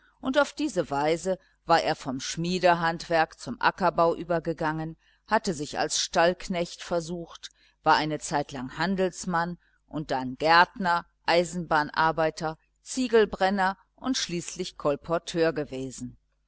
und auf diese weise war er vom schmiedehandwerk zum ackerbau übergegangen hatte sich als stallknecht versucht war eine zeitlang handelsmann und dann gärtner eisenbahnarbeiter ziegelbrenner und schließlich kolporteur gewesen